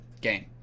game